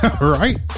Right